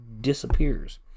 disappears